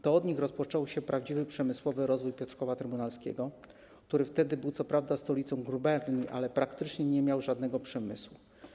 To od nich rozpoczął się prawdziwy przemysłowy rozwój Piotrkowa Trybunalskiego, który wtedy był co prawda stolicą guberni, ale praktycznie nie było tam żadnego przemysłu.